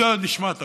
זו נשמת אפו.